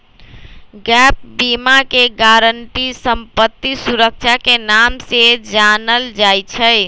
gap बीमा के guarantee संपत्ति सुरक्षा के नाम से जानल जाई छई